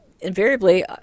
invariably